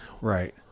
Right